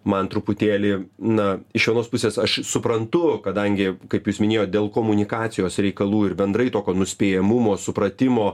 man truputėlį na iš vienos pusės aš suprantu kadangi kaip jūs minėjot dėl komunikacijos reikalų ir bendrai tokio nuspėjamumo supratimo